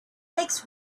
make